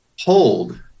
hold